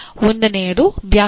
1 ನೇಯದು ವ್ಯಾಖ್ಯಾನ